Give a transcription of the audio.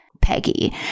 Peggy